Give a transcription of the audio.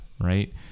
right